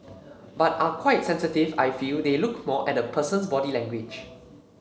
but are quite sensitive I feel they look more at the person's body language